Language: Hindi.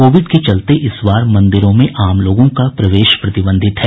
कोविड के चलते इस बार मंदिरों में आम लोगों का प्रवेश प्रतिबंधित है